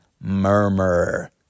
murmur